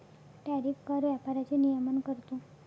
tariff कर व्यापाराचे नियमन करतो